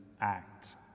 act